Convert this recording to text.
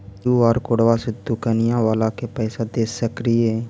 QR कोडबा से दुकनिया बाला के पैसा दे सक्रिय?